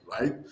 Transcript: right